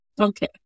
okay